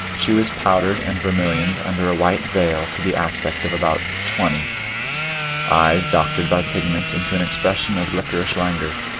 she was powdered and vermillioned under a white veil to the aspect of about twenty eyes doctored by pigments into an expression of lickerish langour,